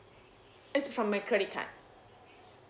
it's from my credit card